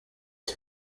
nur